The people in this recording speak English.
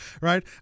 right